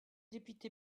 député